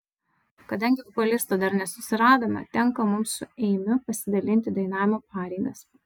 kadangi vokalisto dar nesusiradome tenka mums su eimiu pasidalinti dainavimo pareigas